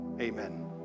amen